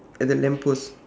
at the lamp post